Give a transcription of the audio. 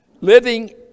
living